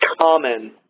common